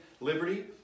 liberty